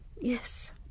Yes